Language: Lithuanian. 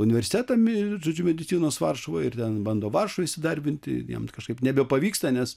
universitetą mi žodžiu medicinos varšuvoj ir ten bando varšuvoj įsidarbinti jam kažkaip nebepavyksta nes